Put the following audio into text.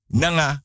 nanga